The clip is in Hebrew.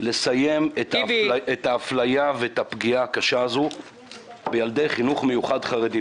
לסיים את האפליה ואת הפגיעה הקשה בילדי חינוך מיוחד חרדים.